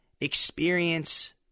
experience